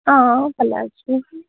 ହଁ ଭଲ ଅଛି